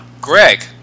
Greg